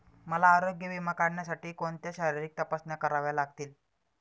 मला आरोग्य विमा काढण्यासाठी कोणत्या शारीरिक तपासण्या कराव्या लागतील?